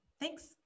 Thanks